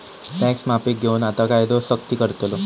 tax माफीक घेऊन आता कायदो सख्ती करतलो